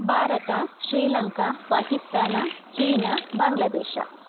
Bharat Sri Lanka Pakistan China Bangladesh